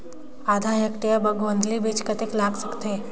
आधा हेक्टेयर बर गोंदली बीच कतेक लाग सकथे?